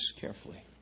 carefully